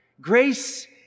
Grace